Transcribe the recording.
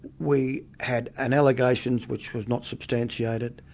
we had an allegation which was not substantiated,